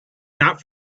not